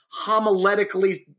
homiletically